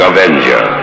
Avenger